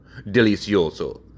Delicioso